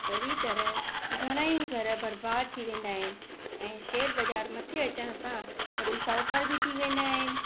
अहिड़ी तरह घणिई घर बर्बाद थी वेंदा आहिनि ऐं शेयर बज़ारि मथे अचण सां वरी शाहूकार बि थी वेंदा आहिनि